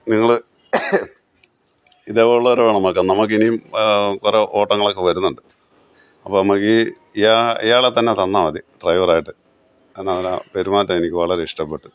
നിങ്ങൾ ഇതേപോലെ ഉള്ളവരെ വേണം വെക്കാൻ നമുക്കിനിയും കുറെ ഓട്ടങ്ങളൊക്കെ വരുന്നുണ്ട് അപ്പോൾ നമുക്കീ ഇയാൾ ഇയാളെത്തന്നെ തന്നാൽ മതി ഡ്രൈവറായിട്ട് കാരണം അവരുടെ പെരുമാറ്റം എനിക്ക് വളരെ ഇഷ്ടപ്പെട്ടു